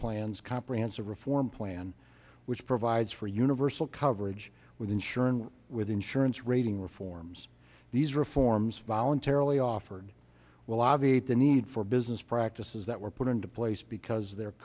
plans comprehensive reform plan which provides for universal coverage with insurance with insurance rating reforms these reforms voluntarily offered will obviate the need for business practices that were put into place because the